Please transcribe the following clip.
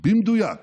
במדויק